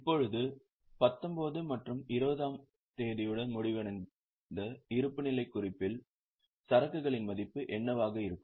இப்போது 19 மற்றும் 20 ஆம் ஆண்டுடன் முடிவடைந்த இருப்புநிலைக் குறிப்பில் சரக்குகளின் மதிப்பு என்னவாக இருக்கும்